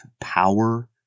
power